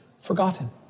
forgotten